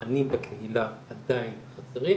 מענים בקהילה עדיין חסרים,